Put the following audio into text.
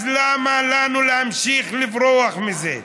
אז למה לנו להמשיך לברוח מזה?